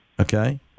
okay